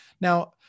Now